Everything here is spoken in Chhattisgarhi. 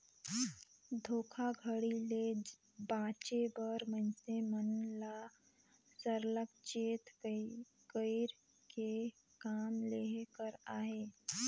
धोखाघड़ी ले बाचे बर मइनसे मन ल सरलग चेत कइर के काम लेहे कर अहे